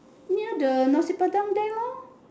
near the nasi-padang there lor